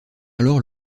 alors